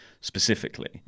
specifically